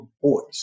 boys